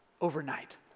overnight